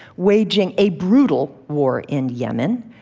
waging a brutal war in yemen,